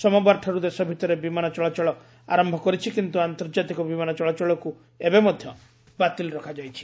ସୋମବାରଠାର୍ ଦେଶ ଭିତରେ ବିମାନ ଚଳାଚଳ ଆରମ୍ଭ କରିଛି କିନ୍ତ୍ର ଆନ୍ତର୍ଜାତିକ ବିମାନ ଚଳାଚଳକ୍ର ଏବେ ମଧ୍ୟ ବାତିଲ ରଖାଯାଇଛି